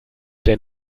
den